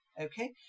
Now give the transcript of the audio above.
okay